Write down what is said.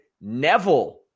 Neville